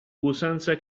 usanza